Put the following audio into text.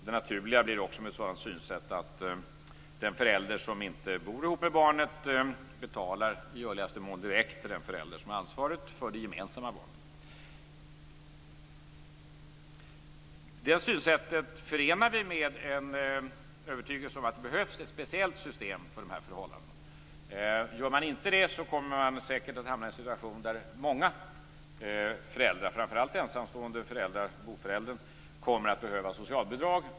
Med ett sådant synsätt blir det också naturligt att den förälder som inte bor ihop med barnet i görligaste mån betalar direkt till den förälder som har ansvaret för det gemensamma barnet. Det synsättet förenar vi med en övertygelse om att det behövs ett speciellt system för dessa förhållanden. Om man inte har det kommer man säkert att hamna i en situation där många föräldrar, framför allt boföräldern, kommer att behöva socialbidrag.